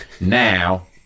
now